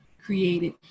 created